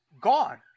gone